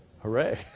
Hooray